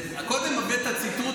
קודם הבאת ציטוט,